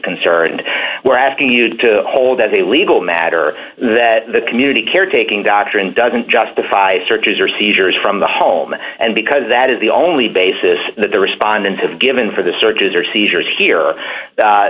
concerned we're asking you to hold as a legal matter that the community care taking doctrine doesn't justify searches or seizures from the home and because that is the only basis that the respondent have given for the searches or seizures here